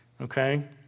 Okay